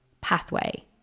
pathway